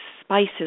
spices